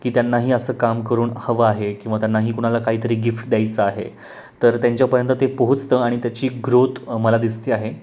की त्यांनाही असं काम करून हवं आहे किंवा त्यांनाही कुणाला काही तरी गिफ्ट द्यायचं आहे तर त्यांच्यापर्यंत ते पोहोचतं आणि त्याची ग्रोथ मला दिसते आहे